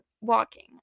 walking